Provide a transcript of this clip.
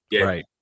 Right